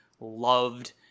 loved